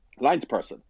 Linesperson